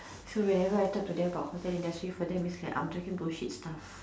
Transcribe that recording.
so whenever I'm talking to them about hotel industry to them I'm just like talking bull shit stuff